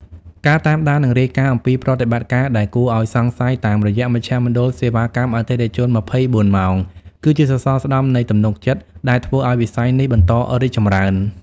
ការតាមដាន និងរាយការណ៍អំពីប្រតិបត្តិការដែលគួរឱ្យសង្ស័យតាមរយៈមជ្ឈមណ្ឌលសេវាកម្មអតិថិជន ២៤ ម៉ោង គឺជាសសរស្តម្ភនៃទំនុកចិត្តដែលធ្វើឱ្យវិស័យនេះបន្តរីកចម្រើន។